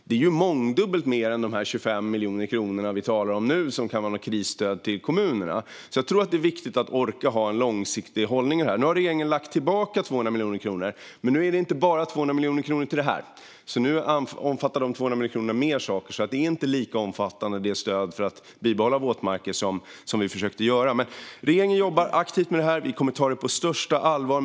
Det är mångdubbelt mer än de 25 miljoner kronor som vi nu talar om som kan vara krisstöd till kommunerna. Det är viktigt att orka ha en långsiktig hållning. Regeringen har nu lagt tillbaka 200 miljoner kronor. Men det är inte bara 200 miljoner till detta. Nu omfattar de 200 miljoner kronorna fler saker. Det är inte ett lika omfattande stöd för att bibehålla våtmarker som vi försökte genomföra. Regeringen jobbar aktivt med detta. Vi kommer att ta det på största allvar.